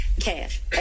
cash